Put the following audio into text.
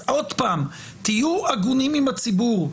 שוב, תהיו הגונים עם הציבור.